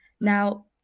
now